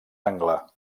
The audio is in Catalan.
angle